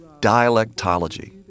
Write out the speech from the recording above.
dialectology